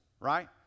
Right